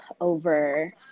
over